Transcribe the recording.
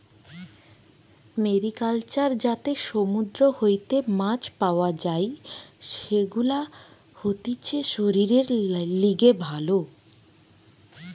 mariculture যাতে সমুদ্র হইতে মাছ পাওয়া যাই, সেগুলা হতিছে শরীরের লিগে ভালো